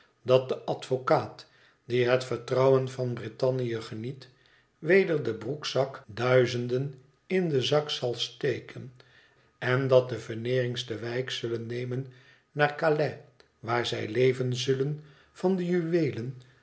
dat de advocaat die het vertrouwen van brittanië gem'et weder de broekzak duizenden in den zak zal steken en dat de veneerings de wijk zullen nemen naar calais waar zij leven zullen van de juweelen